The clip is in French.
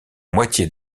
moitié